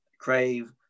crave